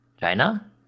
China